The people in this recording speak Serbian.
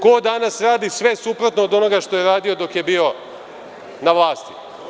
Ko danas radi sve suprotno od onoga što je radio dok je bio na vlasti?